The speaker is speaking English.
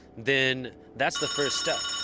then that's the first step.